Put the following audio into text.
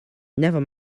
never